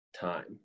time